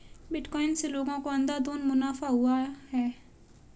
bitcoin से लोगों को अंधाधुन मुनाफा हुआ है